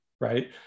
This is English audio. right